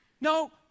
No